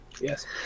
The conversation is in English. Yes